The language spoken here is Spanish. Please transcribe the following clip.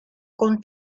con